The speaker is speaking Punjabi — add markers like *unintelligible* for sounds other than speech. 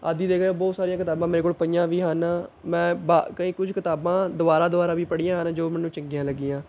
ਆਦਿ *unintelligible* ਬਹੁਤ ਸਾਰੀਆਂ ਕਿਤਾਬਾਂ ਮੇਰੇ ਕੋਲ ਪਈਆਂ ਵੀ ਹਨ ਮੈਂ ਬਾ ਕਈ ਕੁਝ ਕਿਤਾਬਾਂ ਦੁਆਰਾ ਦੁਆਰਾ ਵੀ ਪੜ੍ਹੀਆਂ ਹਨ ਜੋ ਮੈਨੂੰ ਚੰਗੀਆਂ ਲੱਗੀਆਂ